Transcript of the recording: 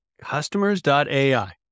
customers.ai